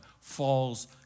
falls